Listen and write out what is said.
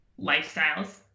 lifestyles